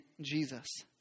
Jesus